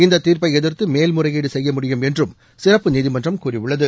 இந்த தீர்ப்பை எதிர்த்து மேல்முறையீடு செய்ய முடியும் என்றும் சிறப்பு நீதிமன்றம் கூறியுள்ளது